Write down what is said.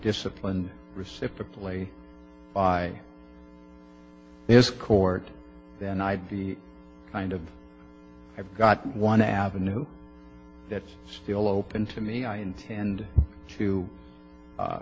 disciplined reciprocally by this court then i'd be kind of i've got one avenue that's still open to me i intend to